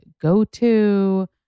go-to